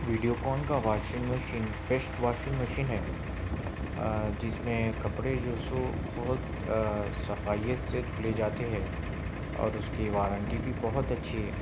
ویڈیوکان کا washing machine best washing machine ہے جس میں کپڑے جو سو بہت صفائیت سے دھلے جاتے ہیں اور اس کی وارنٹی بھی بہت اچھی ہے